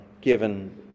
given